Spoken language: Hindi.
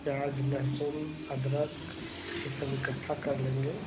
प्याज़ लहसुन अदरक यह सभी इकट्ठा कर लेंगे